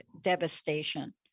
devastation